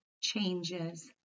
changes